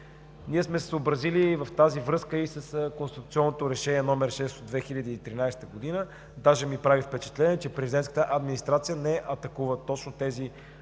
ние сме се съобразили и с конституционно Решение № 6 от 2013 г. Даже ми прави впечатление, че Президентската администрация не атакува точно това